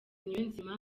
niyonzima